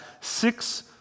six